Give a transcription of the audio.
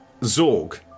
Zorg